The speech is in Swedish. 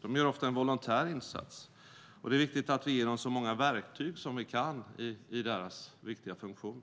De gör ofta en volontär insats, och det är viktigt att vi ger dem så många verktyg som vi kan i deras viktiga funktion.